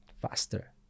faster